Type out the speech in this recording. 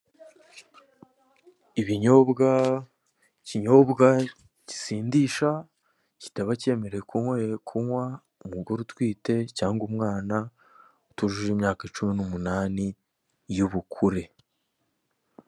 Ibinyobwa, ikinyobwa gisindisha kitaba cyemerewe kunywa umugore utwite cyangwa umwana utujuje imyaka cumi n'umunani y'ubukure.